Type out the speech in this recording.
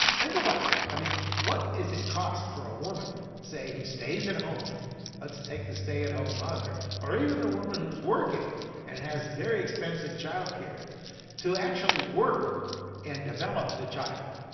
think about it. i mean, what does it cost for a woman, say, who stays at home let's take the stay-at-home mother or even the woman who's working and has very expensive childcare to actually work and develop the child?